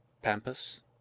Pampas